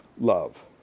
love